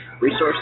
resource